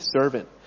servant